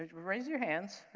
raise your hands,